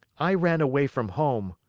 i ran away from home.